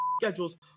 schedules